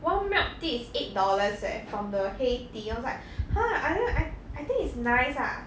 one milk tea is eight dollars eh from the heytea I was like !huh! I don't know I I think it's nice lah